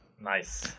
Nice